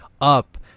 up